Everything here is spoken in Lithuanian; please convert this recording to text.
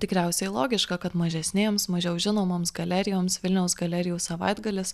tikriausiai logiška kad mažesnėms mažiau žinomoms galerijoms vilniaus galerijų savaitgalis